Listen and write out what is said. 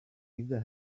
either